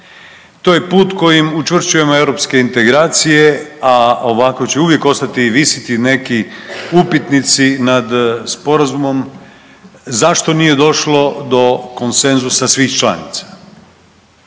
To je put kojim učvršćujemo europske integracije, a ovako će uvijek ostati visiti neki upitnici nad sporazumom zašto nije došlo do konsenzusa svih članica.